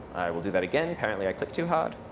will do that again. apparently i clicked too hard.